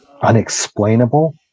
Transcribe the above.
unexplainable